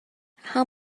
how